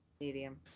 medium